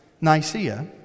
Nicaea